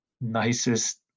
nicest